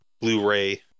Blu-ray